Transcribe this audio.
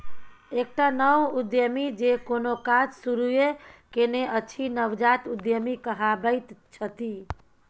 एकटा नव उद्यमी जे कोनो काज शुरूए केने अछि नवजात उद्यमी कहाबैत छथि